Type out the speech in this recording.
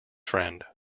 friend